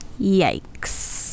Yikes